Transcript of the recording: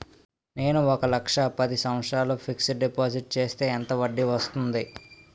నేను ఒక లక్ష పది సంవత్సారాలు ఫిక్సడ్ డిపాజిట్ చేస్తే ఎంత వడ్డీ వస్తుంది?